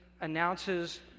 announces